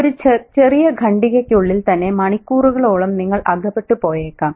ഒരു ചെറിയ ഖണ്ഡികയ്ക്കുള്ളിൽ തന്നെ മണിക്കൂറുകളോളം നിങ്ങൾ അകപ്പെട്ടുപോയേക്കാം